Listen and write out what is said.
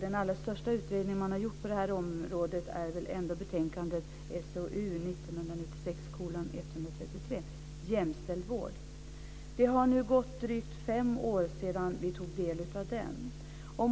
Den allra största utredningen man har gjort på det här området har utmynnat i betänkandet SOU 1996:133 Jämställd vård. Det har nu gått drygt fem år sedan vi tog del av det.